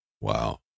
Wow